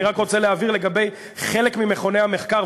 אני רק רוצה להבהיר לגבי חלק ממכוני המחקר,